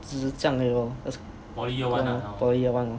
就只是这样而已咯 !hannor! poly year one lor